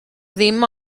ddim